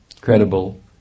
credible